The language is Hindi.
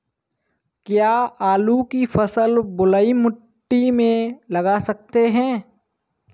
क्या आलू की फसल बलुई मिट्टी में लगा सकते हैं?